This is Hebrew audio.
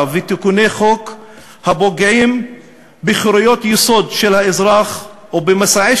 ותיקוני חוק הפוגעים בחירויות יסוד של האזרח ובמסעי